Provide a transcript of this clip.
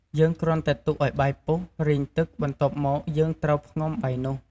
យើងគ្រាន់តែទុកឱ្យបាយពុះ រីងទឹក បន្ទាប់មកយើងត្រូវផ្ងំបាយនោះ។